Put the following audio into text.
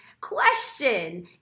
Question